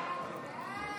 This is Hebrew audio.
הסתייגות